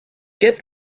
get